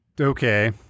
okay